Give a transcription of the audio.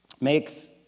makes